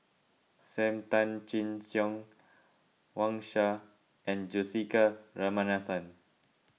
Sam Tan Chin Siong Wang Sha and Juthika Ramanathan